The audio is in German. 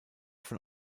von